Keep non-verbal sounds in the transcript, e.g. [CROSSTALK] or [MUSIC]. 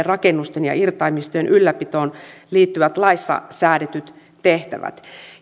[UNINTELLIGIBLE] rakennusten ja irtaimistojen ylläpitoon liittyvät laissa säädetyt tehtävät